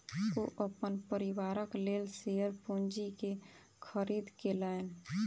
ओ अपन परिवारक लेल शेयर पूंजी के खरीद केलैन